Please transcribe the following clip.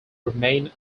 remain